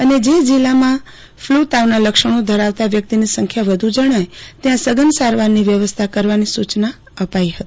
અને જે જિલ્લામાં ફલુતાવના લક્ષણો ધરાવતા વ્યકિતની સંખ્યા વધુ જણાય ત્યાં સધન સારવારની વ્યવસ્થા કરવા સુચના અપાઈ હતી